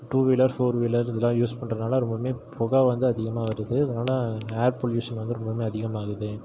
two wheeler four wheeler இதெல்லாம் use பண்ணுறதுனால ரொம்பவுமே புக வந்து அதிகமாக வருது அதனால் ஏர் பொலியூஷன் வந்து ரொம்பவுமே அதிகமாகுது